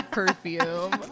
Perfume